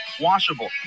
washable